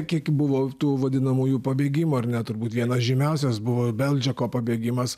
kiek buvo tų vadinamųjų pabėgimų ar ne turbūt vienas žymiausias buvo beldžeko pabėgimas